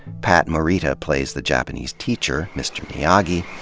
pat morita plays the japanese teacher, mr. miyagi,